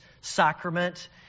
sacrament